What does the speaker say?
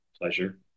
pleasure